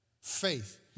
Faith